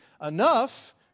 enough